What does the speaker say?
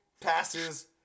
passes